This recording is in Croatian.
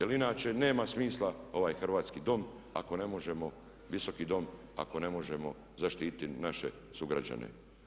Ili inače nema smisla ovaj Hrvatski dom ako ne možemo, Visoki dom, ako ne možemo zaštiti naše sugrađane.